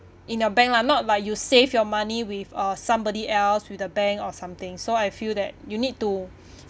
in a bank lah not like you save your money with uh somebody else with a bank or something so I feel that you need to